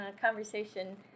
conversation